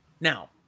Now